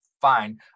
fine